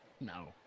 No